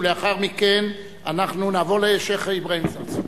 ולאחר מכן אנחנו נעבור לשיח' אברהים צרצור.